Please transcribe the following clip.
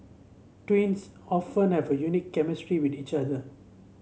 twins often have a unique chemistry with each other